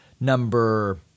number